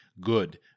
good